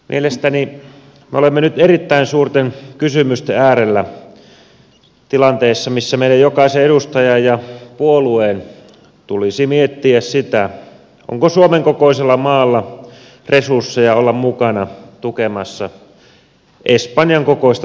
mielestäni me olemme nyt erittäin suurten kysymysten äärellä tilanteessa missä meidän jokaisen edustajan ja puolueen tulisi miettiä sitä onko suomen kokoisella maalla resursseja olla mukana tukemassa espanjan kokoista taloutta